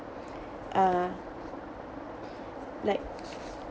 uh like